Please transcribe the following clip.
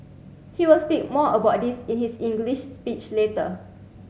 he will speak more about this in his English speech later